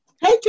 Hey